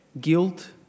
guilt